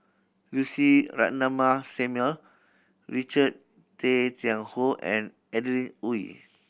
Lucy Ratnammah Samuel Richard Tay Tian Hoe and Adeline Ooi